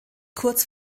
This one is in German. kurz